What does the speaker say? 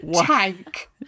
tank